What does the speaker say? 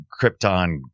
Krypton